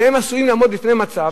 והם עשויים לעמוד בפני מצב,